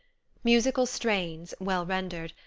musical strains, well rendered,